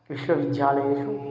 विश्वविद्यालयेषु